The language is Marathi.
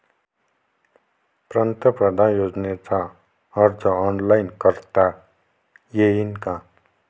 पंतप्रधान योजनेचा अर्ज ऑनलाईन करता येईन का?